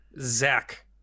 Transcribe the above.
Zach